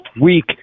Week